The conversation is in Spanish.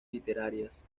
literarias